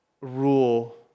rule